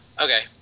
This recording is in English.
Okay